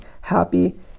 happy